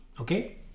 okay